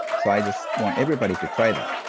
so, i just want everybody to try that.